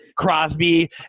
Crosby